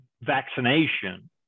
vaccination